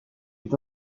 est